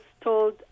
told